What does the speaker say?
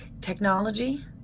technology